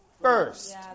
first